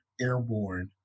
airborne